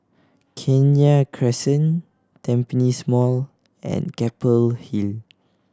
Kenya Crescent Tampines Mall and Keppel Hill